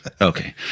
okay